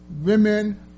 women